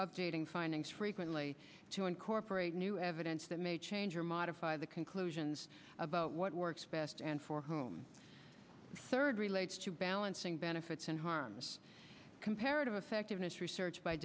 updating findings frequently to incorporate new evidence that may change or modify the conclusions about what works best and for whom third relates to balancing benefits and harms compare of effectiveness research by